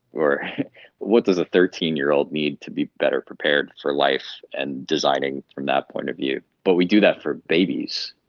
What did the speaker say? or what does a thirteen year old need to be better prepared for life and designing from that point of view, but we do that for babies.